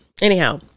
Anyhow